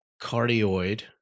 cardioid